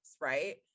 right